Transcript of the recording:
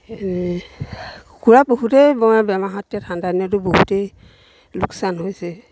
এই কুকুৰা বহুতেই বেমাৰ হোৱাত ঠাণ্ডা দিনতটো বহুতেই লোকচান হৈছে